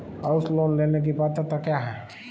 House loan लेने की पात्रता क्या है?